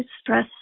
stress